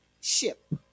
ship